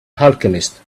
alchemist